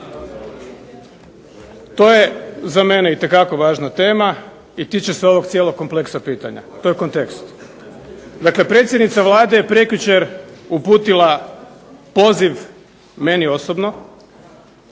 To je za mene itekako važna tema i tiče se ovog cijelog kompleksa pitanja, to je kontekst. Dakle, predsjednica Vlade je prekjučer uputila poziv meni osobno